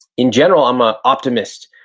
in general, i'm a optimist.